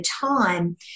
time